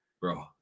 Bro